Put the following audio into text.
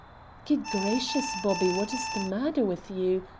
good gracious, bobby, what is the matter with you?